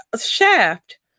Shaft